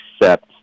accept